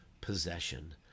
possession